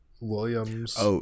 William's